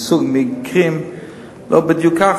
מקרים שהם לא בדיוק כך,